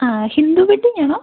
ആ ഹിന്ദു വെഡ്ഡിംഗ് ആണോ